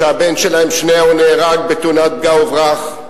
שהבן שלהם שניאור נהרג בתאונת פגע וברח,